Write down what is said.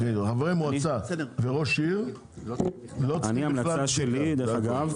חברי מועצה וראש עיר לא צריך בכלל בדיקה,